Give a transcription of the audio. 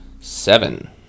Seven